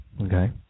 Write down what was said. Okay